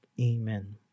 Amen